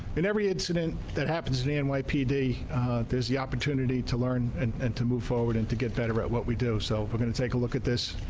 in every incident that happens, the and nypd busy opportunity to learn and and to move forward and to get better at what we do know. so for going to take a look at this